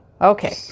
Okay